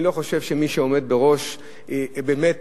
אני לא חושב שמי שעומד בראש, באמת,